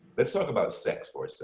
let's talk about sex for so